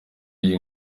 iyi